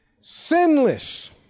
sinless